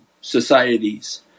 societies